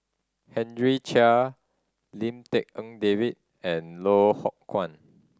Henry Chia Lim Tek En David and Loh Ho Kwan